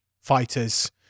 fighters